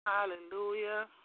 Hallelujah